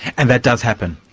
and that does happen?